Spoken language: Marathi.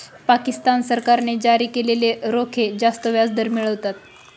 पाकिस्तान सरकारने जारी केलेले रोखे जास्त व्याजदर मिळवतात